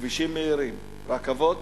כבישים מהירים, רכבות